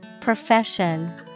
Profession